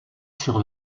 sur